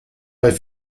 bei